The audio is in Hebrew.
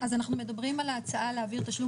אז אנחנו מדברים על ההצעה להעביר תשלום